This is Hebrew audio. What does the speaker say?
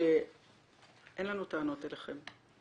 שאין לנו טענות אליכם,